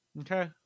okay